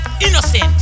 innocent